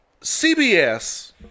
CBS